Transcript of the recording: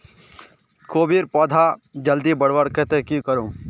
कोबीर पौधा जल्दी बढ़वार केते की करूम?